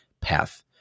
path